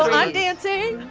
i'm dancing.